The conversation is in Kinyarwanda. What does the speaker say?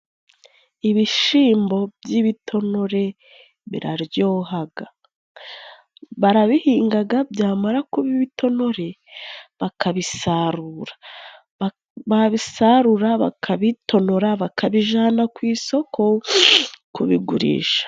Ibishimbo by'ibitonore biraryohaga. Barabihingaga byamara kuba ibitonore bakabisarura. Babisarura bakabitonora, bakabijana ku isoko kubigurisha.